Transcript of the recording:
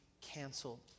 canceled